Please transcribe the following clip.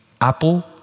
Apple